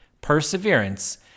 perseverance